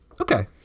Okay